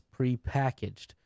prepackaged